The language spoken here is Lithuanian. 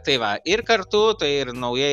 tai va ir kartu tai ir naujai